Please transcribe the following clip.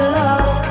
love